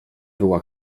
była